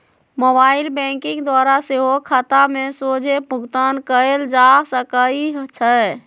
mobile banking द्वारा सेहो खता में सोझे भुगतान कयल जा सकइ छै